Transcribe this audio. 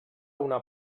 una